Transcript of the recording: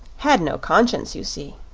had no conscience, you see.